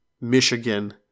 Michigan